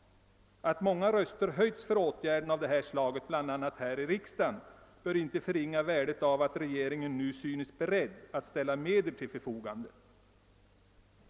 Att många röster höjts för åtgärder av detta slag, bl.a. här i riksdagen, behöver inte förringa värdet av att regeringen nu synes beredd att ställa medel till förfogande.